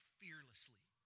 fearlessly